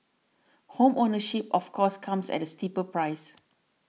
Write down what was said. home ownership of course comes at a steeper price